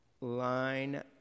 line